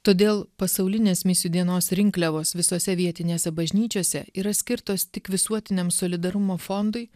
todėl pasaulinės misijų dienos rinkliavos visose vietinėse bažnyčiose yra skirtos tik visuotiniam solidarumo fondui